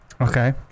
Okay